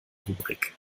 rubrik